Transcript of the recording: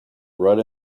red